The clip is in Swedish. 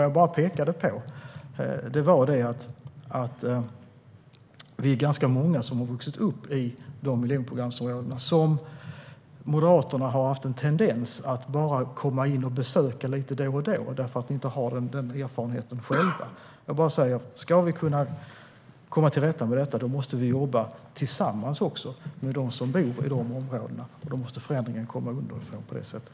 Jag bara pekade på att vi är ganska många som har vuxit upp i miljonprogramsområdena, som ni moderater har haft en tendens att bara komma in i och besöka lite då och då eftersom ni själva inte har den erfarenheten. Jag bara säger att om vi ska kunna komma till rätta med detta måste vi jobba tillsammans med dem som bor i de områdena. Förändringen måste komma underifrån på det sättet.